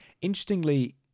Interestingly